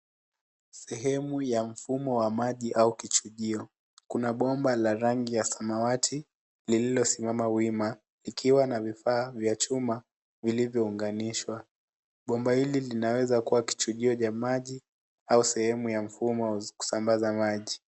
Sehemu ya a mfumo wa maji au kichujio. Kuna bomba la maji la rangi ya samawati lililosimama wima ikiwa na vifaa vya chuma vilivyounganishwa. Bomba hiki linaweza kuwa kichujio cha maji au sehemu ya mfumo wa kusambaza maji.